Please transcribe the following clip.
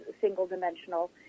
single-dimensional